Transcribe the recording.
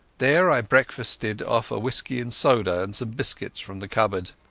there i breakfasted off a whisky-and-soda and some biscuits from the cupboard.